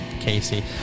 Casey